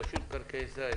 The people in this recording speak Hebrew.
רשות מקרקעי ישראל,